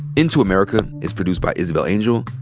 into america is produced by isabel angel,